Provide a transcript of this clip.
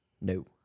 No